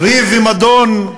ריב ומדון.